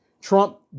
Trump